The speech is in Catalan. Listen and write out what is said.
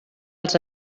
els